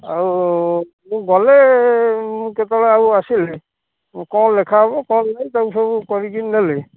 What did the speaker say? ଆଉ ମୁଁ ଗଲେ ମୁଁ କେତେବେଳେ ଆଉ ଆସିଲେ କ'ଣ ଲେଖା ହେବ କ'ଣ ଇଏ ହେବ ତାକୁ ସବୁ କରିକି ନେଲେ